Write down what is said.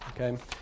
Okay